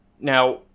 Now